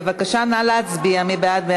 בבקשה, נא להצביע, מי בעד?